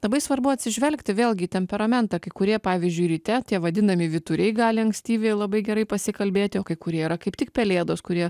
labai svarbu atsižvelgti vėlgi į temperamentą kai kurie pavyzdžiui ryte tie vadinami vyturiai gali ankstyvi labai gerai pasikalbėti o kai kurie yra kaip tik pelėdos kurie